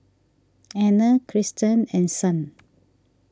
Anna Kristan and Son